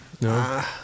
No